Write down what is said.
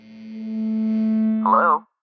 Hello